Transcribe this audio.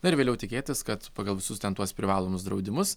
na ir vėliau tikėtis kad pagal visus ten tuos privalomus draudimus